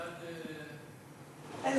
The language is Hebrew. ועדת, איזה?